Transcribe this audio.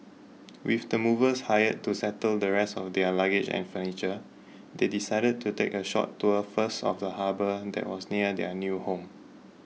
with the movers hired to settle the rest of their luggage and furniture they decided to take a short tour first of the harbour that was near their new home